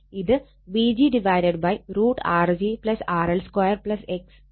ഇത് Vg √Rg RL2 x g2 ആണ്